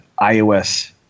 iOS